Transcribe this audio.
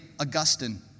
Augustine